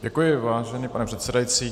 Děkuji, vážený pane předsedající.